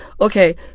Okay